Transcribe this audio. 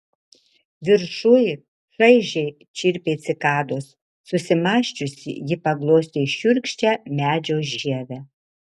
viršuj šaižiai čirpė cikados susimąsčiusi ji paglostė šiurkščią medžio žievę